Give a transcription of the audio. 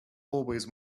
always